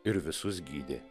ir visus gydė